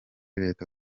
leta